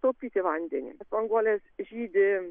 taupyti vandenį spanguolės žydi